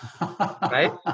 Right